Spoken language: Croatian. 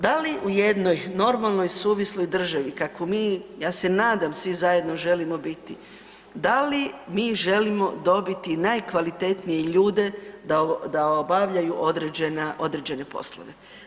Da li u jednoj normalnoj suvisloj državi kakvu mi, ja se nadam, svi zajedno želimo biti, da li mi želimo dobiti najkvalitetnije ljude da obavljaju određene poslove?